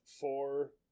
four